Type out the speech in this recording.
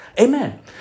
Amen